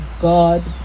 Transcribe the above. god